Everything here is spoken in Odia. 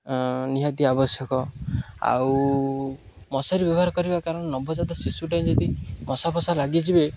ନିହାତି ଆବଶ୍ୟକ ଆଉ ମଶାରି ବ୍ୟବହାର କରିବା କାରଣ ନବଜାତ ଶିଶୁଟା ଯଦି ମଶା ଫସା ଲାଗିଯିବେ